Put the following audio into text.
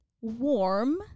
warm